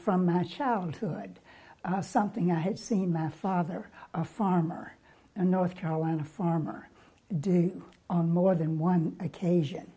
from my childhood something i had seen mass father a farmer a north carolina farmer do on more than one occasion